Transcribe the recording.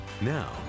Now